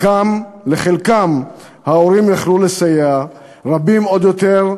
לחלקם ההורים יכלו לסייע, רבים עוד יותר,